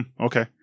okay